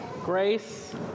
Grace